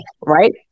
Right